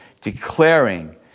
declaring